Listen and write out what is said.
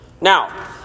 Now